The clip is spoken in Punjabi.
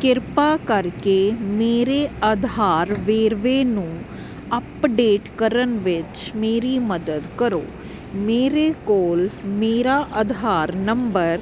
ਕ੍ਰਿਪਾ ਕਰਕੇ ਮੇਰੇ ਆਧਾਰ ਵੇਰਵੇ ਨੂੰ ਅੱਪਡੇਟ ਕਰਨ ਵਿੱਚ ਮੇਰੀ ਮਦਦ ਕਰੋ ਮੇਰੇ ਕੋਲ ਮੇਰਾ ਆਧਾਰ ਨੰਬਰ